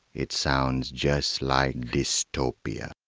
it sounds just like dystopia.